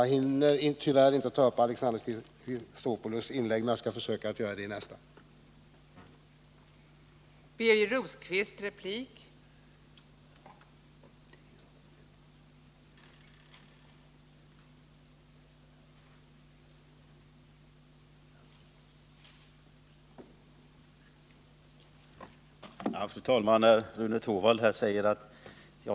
Jag hinner tyvärr inte ta upp Alexander Chrisopoulos inlägg men skall försöka göra det i nästa replik.